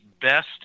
best